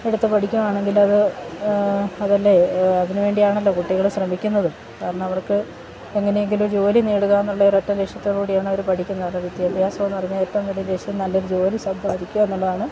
എടുത്ത് പഠിക്കുകയാണെങ്കില് അത് അതല്ലേ അതിന് വേണ്ടിയാണല്ലോ കുട്ടികള് ശ്രമിക്കുന്നതും കാരണം അവർക്ക് എങ്ങനെയെങ്കിലും ജോലി നേടുകയെന്നുള്ള ഒരൊറ്റ ലക്ഷ്യത്തോട് കൂടിയാണ് അവര് പഠിക്കുന്നത് അപ്പോള് വിദ്യാഭ്യാസമെന്ന് പറഞ്ഞാല് ഏറ്റവും വലിയ ഉദ്ദേശം നല്ലൊരു ജോലി സമ്പാദിക്കുക എന്നുള്ളതാണ്